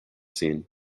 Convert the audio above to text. scene